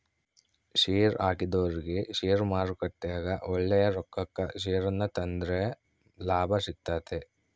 ಷೇರುಹಾಕಿದೊರಿಗೆ ಷೇರುಮಾರುಕಟ್ಟೆಗ ಒಳ್ಳೆಯ ರೊಕ್ಕಕ ಷೇರನ್ನ ತಾಂಡ್ರೆ ಲಾಭ ಸಿಗ್ತತೆ